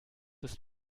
ist